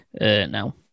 now